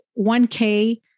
1K